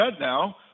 now